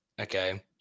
Okay